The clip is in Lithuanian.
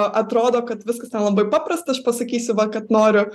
atrodo kad viskas ten labai paprasta aš pasakysiu va kad noriu